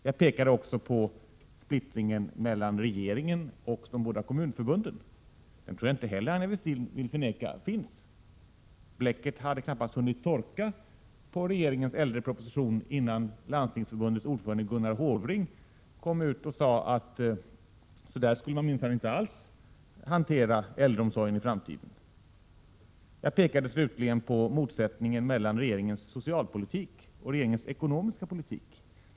Jag pekade också på splittringen mellan regeringen och de båda kommunförbunden — jag tror att inte heller Aina Westin vill förneka att den finns. Trycksvärtan hade knappt hunnit torka på regeringens äldreproposition innan Landstingsförbundets ordförande Gunnar Hofring sade att äldreomsorgen minsann inte skulle hanteras på det sättet i framtiden. Jag pekade slutligen på motsättningen mellan regeringens socialpolitik och regeringens ekonomiska politik.